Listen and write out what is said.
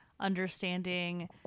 understanding